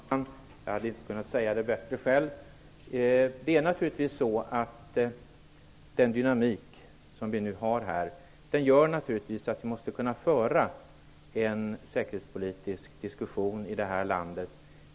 Fru talman! Jag hade inte kunnat säga det bättre själv. Den dynamik som vi nu har gör att vi måste kunna föra en säkerhetspolitisk diskussion i det här landet.